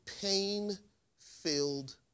pain-filled